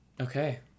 okay